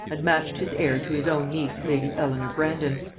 and matched his heir to his own niece lady eleanor brandon.